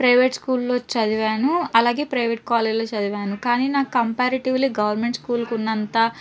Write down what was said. private స్కూల్లో చదివాను అలాగే ప్రైవేట్ కాలేజ్లో చదివాను కానీ నాకు కంపేరిటివ్లో గవర్నమెంట్ స్కూల్కు ఉన్నంత